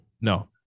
No